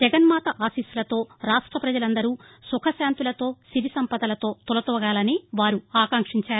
జగన్మాత ఆశీస్సులతో రాష్ట ప్రపజలంతా సుఖ శాంతులతో సిరి సంపదలతో తులతూగాలని వారు ఆకాంక్షించారు